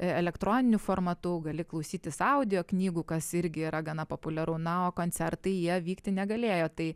elektroniniu formatu gali klausytis audio knygų kas irgi yra gana populiaru na o koncertai jie vykti negalėjo tai